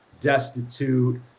destitute